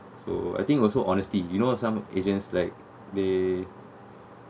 so I think also honesty you know some agents like they